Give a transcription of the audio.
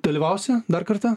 dalyvausi dar kartą